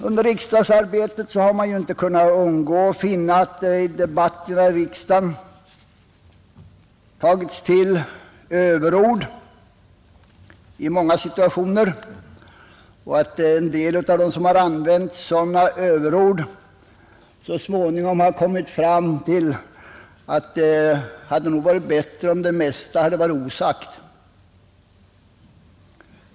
Under riksdagsarbetet har man inte kunnat undgå att finna att det i debatterna i riksdagen har tagits till överord i många situationer och att en del av dem som har använt sådana överord så småningom har insett att det nog hade varit bättre om det mesta hade blivit osagt.